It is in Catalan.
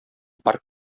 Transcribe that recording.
parc